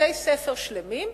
בתי-ספר שלמים,